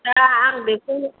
दा आं बेखौ